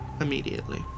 immediately